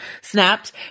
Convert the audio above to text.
Snapped